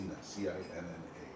C-I-N-N-A